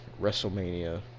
WrestleMania